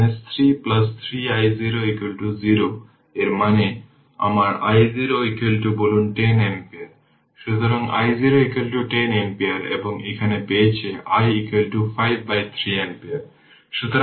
সুতরাং আমরা পরে দেখব কিন্তু ইন্ডাকটর কারেন্ট তাৎক্ষণিকভাবে পরিবর্তন করতে পারে না এমন ধারণার সুবিধা নেওয়ার জন্য এটিকে রেসপন্স হিসাবে বলা হয়